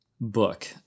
book